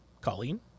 Colleen